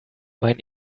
mein